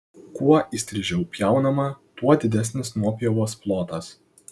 kuo įstrižiau pjaunama tuo didesnis nuopjovos plotas